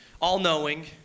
all-knowing